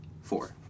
Four